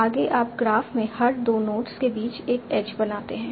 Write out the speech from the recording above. आगे आप ग्राफ में हर 2 नोड्स के बीच एक एज बनाते हैं